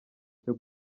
cyo